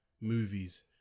movies